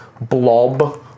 blob